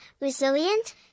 resilient